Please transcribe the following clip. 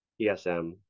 ESM